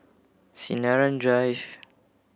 Sinaran Drive